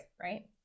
Right